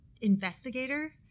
investigator